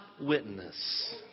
witness